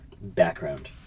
background